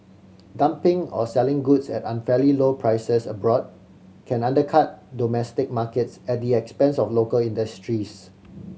dumping or selling goods at unfairly low prices abroad can undercut domestic markets at the expense of local industries